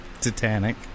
Titanic